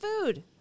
food